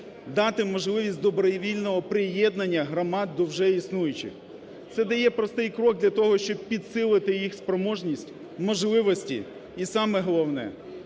дати можливість добровільного приєднання громад до вже існуючих. Це дає простий крок для того, щоб підсилити їх спроможність, можливості і, саме головне,